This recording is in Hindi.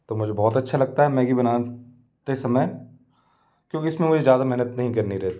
तो मुझे बहुत अच्छा लगता है मैगी बनाते समय क्योंकि इसमें मुझे ज़्यादा मेहनत नहीं करनी रहती